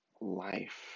life